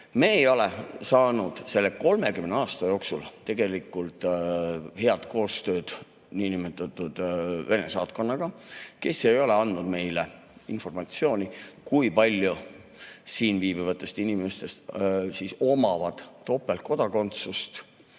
Me ei ole saanud selle 30 aasta jooksul tegelikult head koostööd niinimetatud Vene saatkonnaga, kes ei ole andnud meile informatsiooni, kui palju siin viibivatest inimestest omab topeltkodakondsust.